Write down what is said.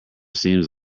seems